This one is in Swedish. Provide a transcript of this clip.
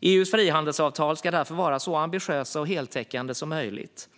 EU:s frihandelsavtal ska därför vara så ambitiösa och heltäckande som möjligt.